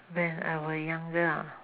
when I were younger ah